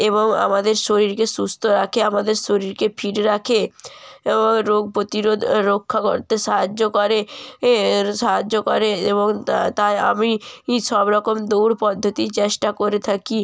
এবং আমাদের শরীরকে সুস্থ রাখে আমাদের শরীরকে ফিট রাখে এবং রোগ প্রতিরোধ রক্ষা করতে সাহায্য করে সাহায্য করে এবং তাই আমি সব রকম দৌড় পদ্ধতিই চেষ্টা করে থাকি